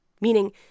meaning